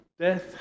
death